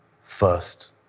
first